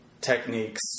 techniques